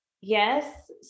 Yes